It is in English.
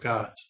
God